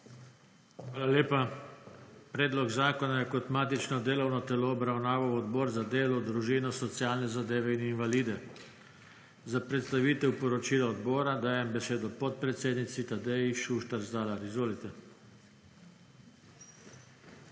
Hvala lepa. Predlog zakona je kot matično delovno telo obravnaval Odbor za delo, družino, socialne zadeve in invalide. Za predstavitev poročila odbora dajem besedo podpredsednici Tadeji Šuštar Zalar. Izvolite.